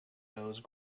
nose